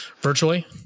virtually